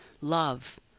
love